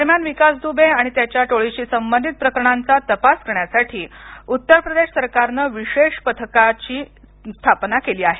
दरम्यान विकास दुबे आणि त्याच्या टोळीशी संबंधित प्रकरणांचा तपास करण्यासाठी उत्तर प्रदेश सरकारनं विशेष तपास पथकाची स्थापना केली आहे